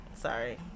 Sorry